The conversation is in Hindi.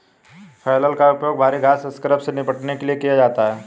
फ्लैल का उपयोग भारी घास स्क्रब से निपटने के लिए किया जाता है